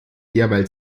derweil